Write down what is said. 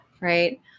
right